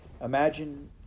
Imagine